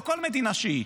או כל מדינה שהיא,